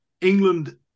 England